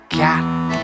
cat